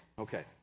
Okay